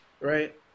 Right